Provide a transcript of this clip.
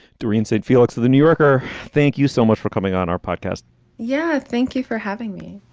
doreen said felix of the new yorker, thank you so much for coming on our podcast yeah. thank you for having me